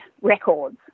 records